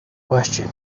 question